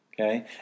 okay